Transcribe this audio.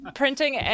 printing